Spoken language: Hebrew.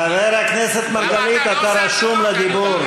חבר הכנסת מרגלית, אתה רשום לדיבור.